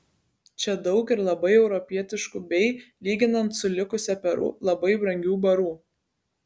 čia daug ir labai europietiškų bei lyginant su likusia peru labai brangių barų